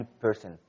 person